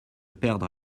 perdre